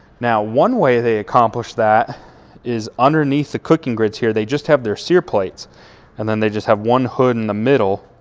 now, one way they accomplish that is underneath the cooking grids here they just have their sear plates and then they just have one hood in the middle,